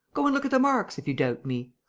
go and look at the marks, if you doubt me!